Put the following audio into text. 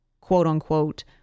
quote-unquote